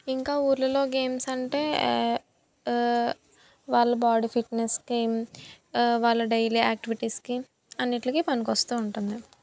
ఇంకా ఊళ్ళలో గేమ్స అంటే వాళ్ళ బాడీ ఫిట్నెస్కి వాళ్ళ డైలీ యాక్టివిటీస్కి అన్నింటికి పనికి వస్తు ఉంటుంది